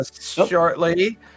shortly